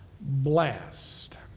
blast